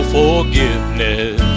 forgiveness